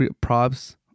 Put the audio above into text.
props